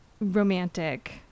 romantic